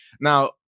Now